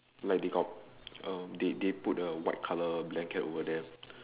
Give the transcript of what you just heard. like they got uh they they put a white colour blanket over there